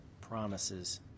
promises